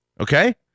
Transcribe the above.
Okay